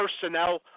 Personnel